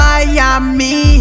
Miami